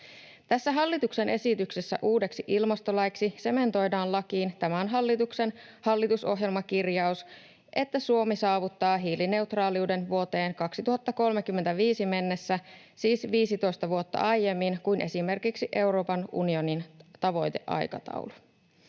hallituksen esityksessä uudeksi ilmastolaiksi sementoidaan lakiin tämän hallituksen hallitusohjelmakirjaus, että Suomi saavuttaa hiilineutraaliuden vuoteen 2035 mennessä, siis 15 vuotta aiemmin kuin on esimerkiksi Euroopan unionin tavoiteaikataulussa.